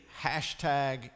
hashtag